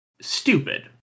stupid